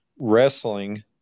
wrestling